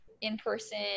in-person